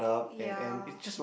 ya